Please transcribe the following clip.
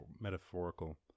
metaphorical